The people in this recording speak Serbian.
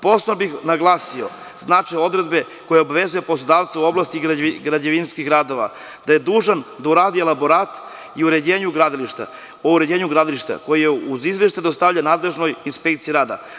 Posebno bih naglasio značaj odredbe koja obavezuje poslodavca u oblasti građevinskih radova, da je dužan da uradi elaborat o uređenju gradilišta, koji je uz izveštaj dostavljen nadležnoj inspekciji rada.